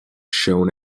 shown